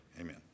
Amen